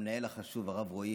והמנהל החשוב הרב רועי,